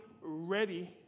ready